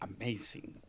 amazing